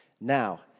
Now